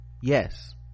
yes